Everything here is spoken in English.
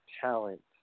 talent